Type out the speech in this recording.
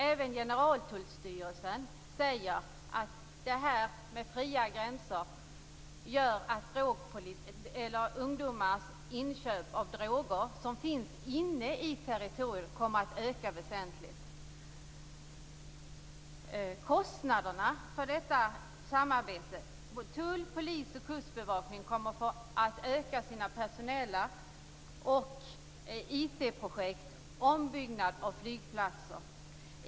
Även Generaltullstyrelsen säger att detta med fria gränser gör att ungdomars inköp av droger som finns inne i territoriet kommer att öka väsentligt. När det gäller kostnaderna för detta samarbete kommer tull, polis och kustbevakning att få öka sina personella resurser. Vidare leder samarbetet till kostnader för IT-projekt och ombyggnad av flygplatser.